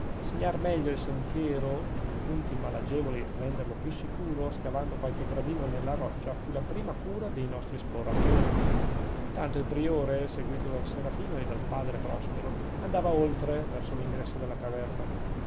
segnar meglio il sentiero e nei punti malagevoli renderlo più sicuro scavando qualche gradino nella roccia fu la prima cura dei nostri esploratori intanto il priore seguito dal serafino e dal padre prospero andava oltre verso l'ingresso della caverna